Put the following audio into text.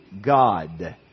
God